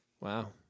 Wow